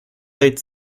laid